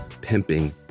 pimping